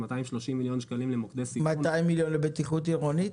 230 מיליון שקלים למוקדי סיכון --- 200 מיליון לבטיחות עירונית?